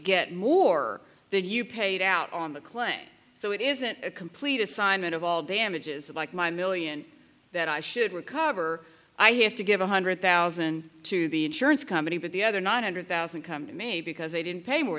get more than you paid out on the claim so it isn't a complete assignment of all damages of like my million that i should recover i have to give one hundred thousand to the insurance company but the other nine hundred thousand come to me because they didn't pay more